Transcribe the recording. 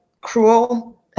cruel